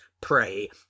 pray